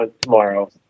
tomorrow